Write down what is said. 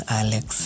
alex